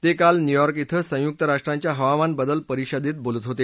ते काल न्यूयॉक बे संयुक्त राष्ट्रसंघाच्या हवामान बदल परिषदेत बोलत होते